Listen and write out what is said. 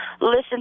listen